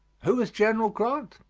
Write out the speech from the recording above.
who was general grant?